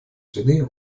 среды